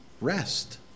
rest